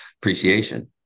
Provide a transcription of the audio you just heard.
appreciation